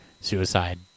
suicide